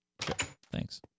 Thanks